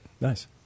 Nice